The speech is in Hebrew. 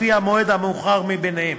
לפי המועד המאוחר מביניהם.